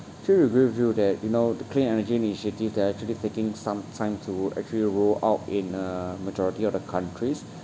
actually agree with you that you know the clean energy initiatives they are actually taking some time to actually roll out in uh majority of the countries